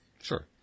Sure